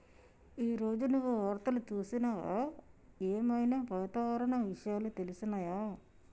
ఈ రోజు నువ్వు వార్తలు చూసినవా? ఏం ఐనా వాతావరణ విషయాలు తెలిసినయా?